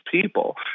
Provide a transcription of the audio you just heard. people